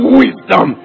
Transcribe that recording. wisdom